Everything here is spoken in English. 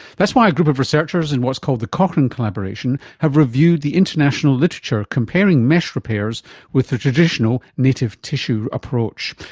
that's why a group of researchers in what's called the cochrane collaboration have reviewed the international literature comparing mesh repairs with the traditional native tissue approach.